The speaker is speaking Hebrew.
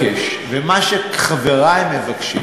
מה שאני מבקש ומה שחברי מבקשים,